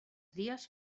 dies